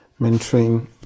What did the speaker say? mentoring